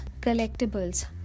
collectibles